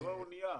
זו האנייה.